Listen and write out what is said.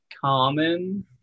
common